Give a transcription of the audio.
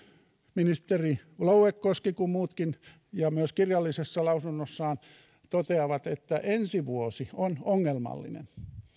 ministeri louekoski kuin muutkin ja myös kirjallisessa lausunnossaan toteavat että ensi vuosi on ongelmallinen